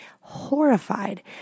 horrified